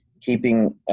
keeping